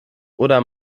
oder